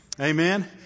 Amen